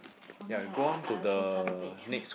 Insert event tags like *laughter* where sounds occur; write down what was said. for me I I I also can't bake *laughs*